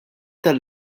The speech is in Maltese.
tal